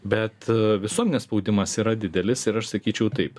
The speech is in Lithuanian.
bet visuomenės spaudimas yra didelis ir aš sakyčiau taip